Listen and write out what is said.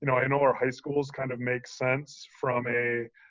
you know i know our high schools kind of make sense from a,